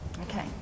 Okay